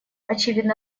очевидно